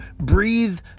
breathe